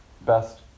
best